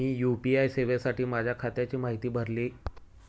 मी UPI सेवेसाठी माझ्या खात्याची माहिती भरली